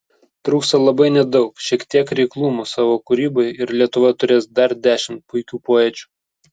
trūksta labai nedaug šiek tiek reiklumo savo kūrybai ir lietuva turės dar dešimt puikių poečių